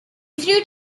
fruit